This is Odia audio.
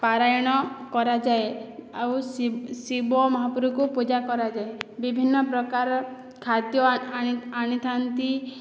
ପାରାୟଣ କରାଯାଏ ଆଉ ଶିବ ମହାପ୍ରଭୁଙ୍କୁ ପୂଜା କରାଯାଏ ବିଭିନ୍ନପ୍ରକାର ଖାଦ୍ୟ ଅଣିଥାନ୍ତି